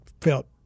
felt